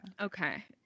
Okay